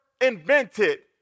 invented